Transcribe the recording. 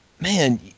man –